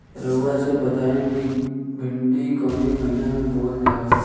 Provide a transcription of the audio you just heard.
रउआ सभ बताई भिंडी कवने महीना में बोवल जाला?